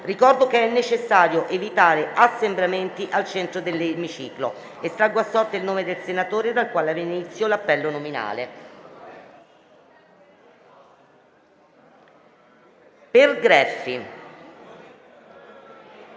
Ricordo che è necessario evitare assembramenti al centro dell'emiciclo. Estraggo a sorte il nome del senatore dal quale avrà inizio l'appello nominale. *(È